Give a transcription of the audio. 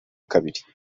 kabiri